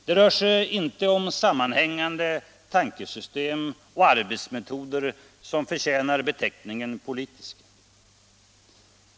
Det rör sig inte om sammanhängande tankesystem och arbetsmetoder som förtjänar beteckningen politiska.